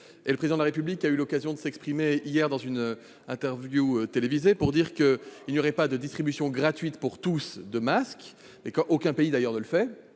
le Président de la République a eu l'occasion de s'exprimer dans une interview télévisée sur ce sujet. Il n'y aura pas de distribution gratuite pour tous de masques, ce qu'aucun pays au monde, d'ailleurs, ne fait.